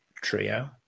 trio